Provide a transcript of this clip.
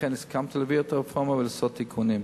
לכן הסכמתי להביא את הרפורמה ולעשות תיקונים.